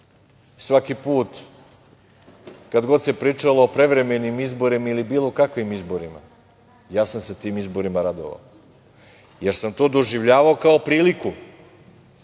Svaki put kad god se pričalo o prevremenim izborima ili bilo kakvim izborima, ja sam se tim izborima radovao, jer sam to doživljavao kao priliku